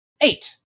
Eight